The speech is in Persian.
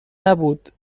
نبود